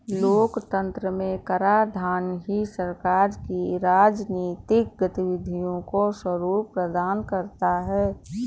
लोकतंत्र में कराधान ही सरकार की राजनीतिक गतिविधियों को स्वरूप प्रदान करता है